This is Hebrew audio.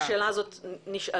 השאלה הזאת נשאלה.